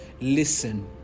Listen